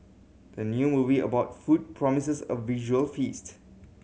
the new movie about food promises a visual feast